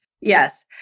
Yes